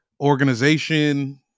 organization